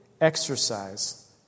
exercise